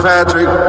Patrick